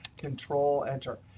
control enter.